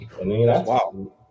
Wow